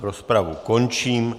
Rozpravu končím.